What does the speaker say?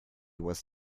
was